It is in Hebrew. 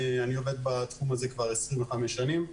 ואני עובד בתחום הזה כבר 25 שנים.